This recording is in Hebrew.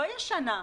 לא ישנה.